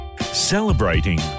Celebrating